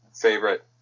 Favorite